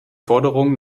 forderung